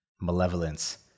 malevolence